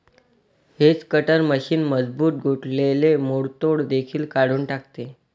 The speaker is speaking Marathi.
हेज कटर मशीन मजबूत गोठलेले मोडतोड देखील काढून टाकते